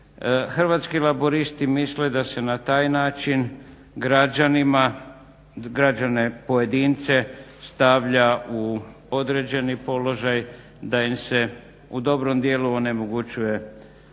Hrvatski laburisti misle da se na taj način građanima, građane pojedince stavlja u određeni položaj, da im se u dobrom dijelu onemogućuje pristup